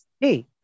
Hey